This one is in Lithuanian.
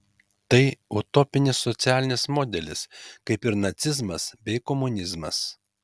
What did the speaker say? tai utopinis socialinis modelis kaip ir nacizmas bei komunizmas